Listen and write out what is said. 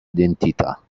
identità